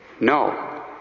No